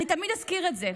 אני תמיד אזכיר את זה,